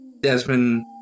Desmond